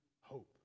hope